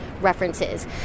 references